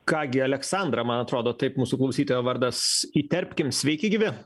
ką gi aleksandrą man atrodo taip mūsų klausytojo vardas įterpkim sveiki gyvi